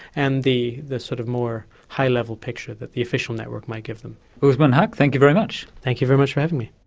and the the sort of more high-level picture that the official network might give them. usman haque, thank you very much. thank you very much for having me.